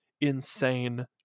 insane